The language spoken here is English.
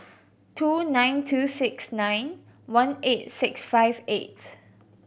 two nine two six nine one eight six five eight